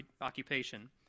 occupation